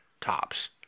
tops